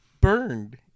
burned